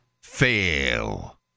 fail